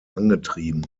angetrieben